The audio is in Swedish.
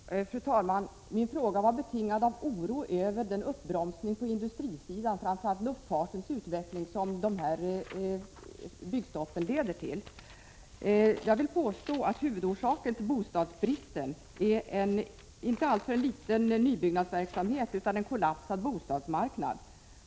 byggnader i Stock Fru talman! Min fråga var betingad av oro över den uppbromsning på holkmsiän industrisidan, framför allt för luftfartens utveckling, som dessa byggstopp leder till. Jag vill påstå att huvudorsaken till bostadsbristen inte är en alltför liten nybyggnadsverksamhet utan en kollapsad bostadsmarknad.